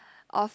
of